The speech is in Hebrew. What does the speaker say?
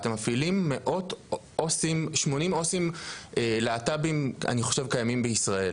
אתם מפעילים 80 עו״סים להט״בים בישראל.